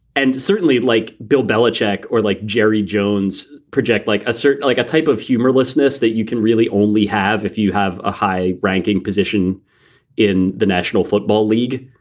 and certainly like bill belichick or like jerry jones project like a certain like a type of humorlessness that you can really only have if you have a high ranking position in the national football league.